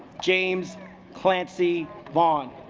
james clancy vaughn